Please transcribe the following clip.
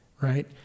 Right